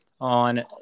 on